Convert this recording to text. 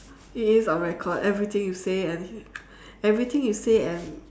it is on record everything you say and everything you say and